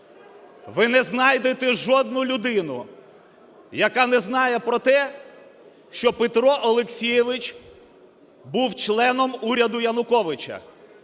Ви не знайдете жодну людину, яка не знає про те, що Петро Олексійович був членом уряду Януковича.